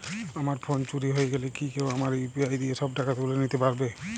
আমার ফোন চুরি হয়ে গেলে কি কেউ আমার ইউ.পি.আই দিয়ে সব টাকা তুলে নিতে পারবে?